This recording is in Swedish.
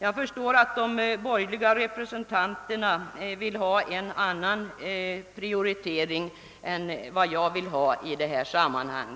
Jag förstår att de borgerliga representanterna vill ha en annan prioritering än jag önskar i detta sammanhang.